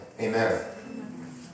Amen